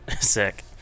sick